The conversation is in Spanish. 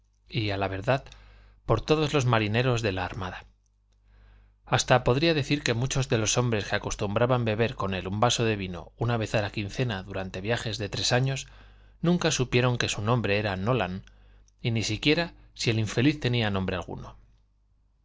a la verdad por todos los marineros de la armada hasta podría decir que muchos de los hombres que acostumbraban beber con él un vaso de vino una vez a la quincena durante viajes de tres años nunca supieron que su nombre era nolan y ni siquiera si el infeliz tenía nombre alguno